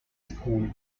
school